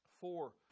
four